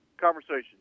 conversation